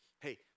Hey